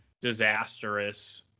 disastrous